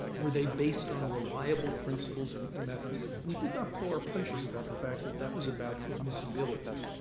were they based on reliable principles and and methods? we did not pull our punches about the fact that that was about admissibility.